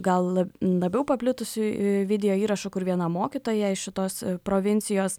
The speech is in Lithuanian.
gal labiau paplitusių video įrašų kur viena mokytoja iš šitos provincijos